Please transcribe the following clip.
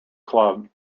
club